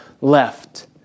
left